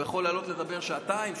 הוא יכול לעלות ולדבר שעתיים-שלוש.